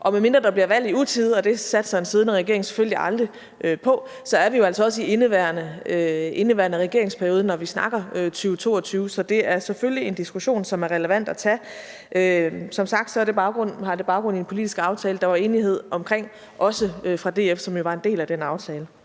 og medmindre der bliver valg i utide – og det satser en siddende regering selvfølgelig aldrig på – er vi jo altså også i indeværende regeringsperiode, når vi snakker 2022. Så det er selvfølgelig en diskussion, som er relevant at tage. Som sagt har det baggrund i en politisk aftale, der var enighed omkring, også fra DF's side, som jo var en del af den aftale.